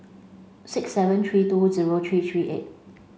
six seven three two zero three three eight